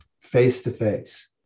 face-to-face